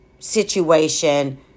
situation